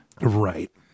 right